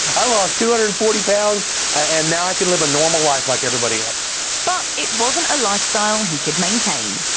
i lost two hundred and forty pounds and now i can live a normal life like everybody else. but it wasn't a lifestyle he could maintain.